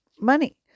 money